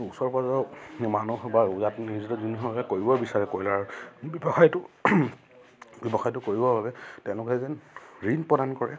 ওচৰ পাঁজৰৰ মানুহ বা কৰিব বিচাৰে কয়লাৰ ব্যৱসায়টো ব্যৱসায়টো কৰিবৰ বাবে তেওঁলোকে যেন ঋণ প্ৰদান কৰে